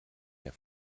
mehr